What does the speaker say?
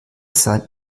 sein